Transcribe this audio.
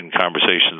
conversations